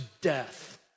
death